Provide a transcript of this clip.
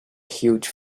huge